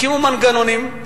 הקימו מנגנונים,